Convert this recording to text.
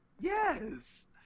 Yes